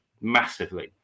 massively